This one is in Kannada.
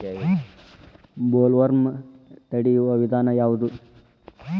ಬೊಲ್ವರ್ಮ್ ತಡಿಯು ವಿಧಾನ ಯಾವ್ದು?